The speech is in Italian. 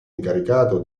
incaricato